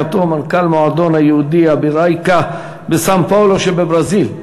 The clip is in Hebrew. מנכ"ל המועדון היהודי Hebraica בסאן-פאולו שבברזיל,